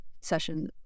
session